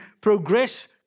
progress